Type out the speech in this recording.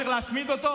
צריך להשמיד אותו?